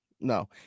No